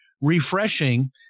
refreshing